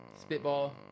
spitball